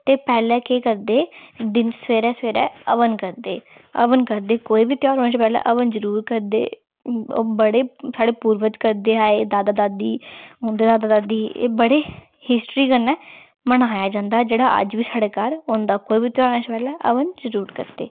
ते पैह्लें केह् करदे दिन सवेरै सवेरै हवन करदे हवन करदे कोई बी तेहार होने शा पैह्ले हवन जरूर करदे बड़े साह्ड़े पूर्वज करदे आए दादा दादी उं'दे दादा दादी एह् बड़े हिस्ट्री कन्नै मनाया जंदा जेह्ड़ा अज्ज बी साह्ड़े घर होंदा कोई बी तेहार होने शा पैह्ले हवन जरूर करदे